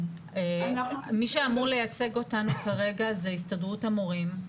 מי שאמור לייצג אותנו כרגע זה הסתדרות המורים.